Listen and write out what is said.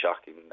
shocking